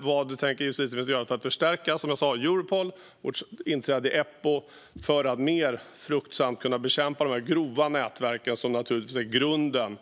Vad tänker justitieministern göra för att förstärka Europol och för vårt inträde i Eppo för att mer fruktsamt kunna bekämpa de grova nätverken som naturligtvis är grunden?